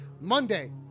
Monday